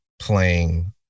playing